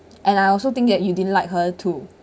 and I also think that you didn't like her too